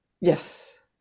Yes